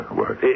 work